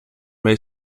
may